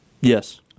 Yes